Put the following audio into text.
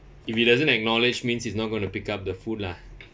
if it doesn't acknowledge means is not going to pick up the food lah